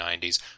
90s